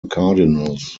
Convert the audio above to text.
cardinals